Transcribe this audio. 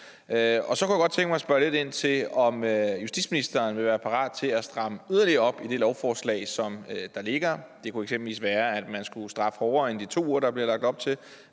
Så kunne jeg godt tænke mig spørge lidt ind til, om justitsministeren vil være parat til at stramme yderligere op på det lovforslag, der ligger. Det kunne eksempelvis være, at man skulle straffe hårdere end de 2 uger, der bliver lagt op til.